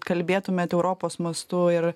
kalbėtumėt europos mastu ir